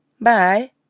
bye